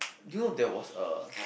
do you know there was a